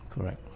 correct